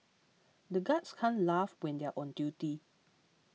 the guards can't laugh when they are on duty